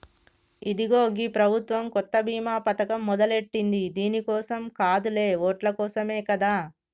ఇదిగో గీ ప్రభుత్వం కొత్త బీమా పథకం మొదలెట్టింది దీని కోసం కాదులే ఓట్ల కోసమే కదా